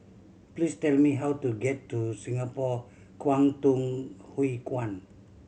please tell me how to get to Singapore Kwangtung Hui Kuan